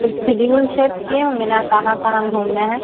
کچھ schedule set کیے ہوں گے نا کہاں کہاں گھومنا ہے